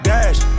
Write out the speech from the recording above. Dash